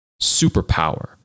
superpower